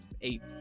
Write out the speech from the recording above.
eight